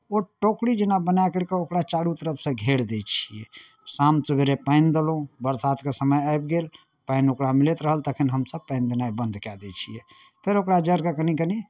ओ टोकरी जेना बना करि कऽ ओकरा चारू तरफसँ घेर दै छियै शाम सवेरे पानि देलहुँ बरसातके समय आबि गेल पानि ओकरा मिलैत रहल तखन हमसभ पानि देनाइ बन्द कए दै छियै फेर ओकरा जड़िकेँ कनि कनि